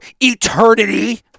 eternity